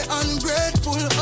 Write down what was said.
ungrateful